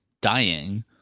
dying